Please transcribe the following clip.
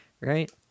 Right